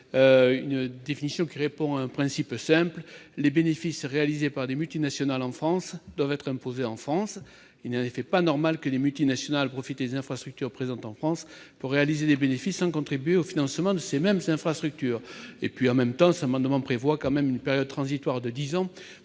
définition répondrait à un principe simple : les bénéfices réalisés par des multinationales en France doivent être imposés en France. Il n'est en effet pas normal que ces multinationales profitent des infrastructures situées en France pour réaliser des bénéfices, sans contribuer au financement de ces mêmes infrastructures. Par ailleurs, cet amendement a pour objet de prévoir une période transitoire de dix ans,